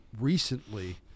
recently